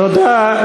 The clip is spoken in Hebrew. תודה.